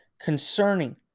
concerning